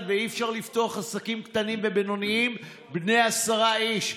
ואי-אפשר לפתוח עסקים קטנים ובינוניים בני עשרה איש.